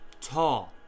tall